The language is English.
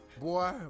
boy